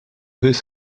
his